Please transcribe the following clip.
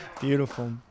Beautiful